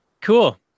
cool